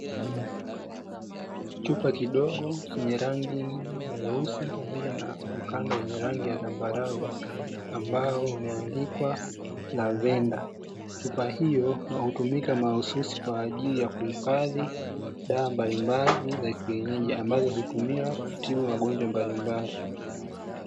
kichupa kidogo chenye rangi nyeusi pamoja na mkanda wenye rangi ya dhambarau ambao umeandikwa lavender chupa hio inatumika mahususi kwa ajili ya kuhifadhi dawa mbalimbali za kienyeji ambazo hutumiwa kutibu magonjwa mbalimbali.